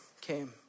came